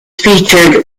featured